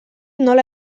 nola